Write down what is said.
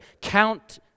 Count